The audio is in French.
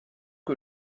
que